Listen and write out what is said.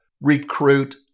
recruit